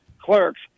clerks